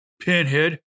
pinhead